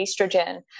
estrogen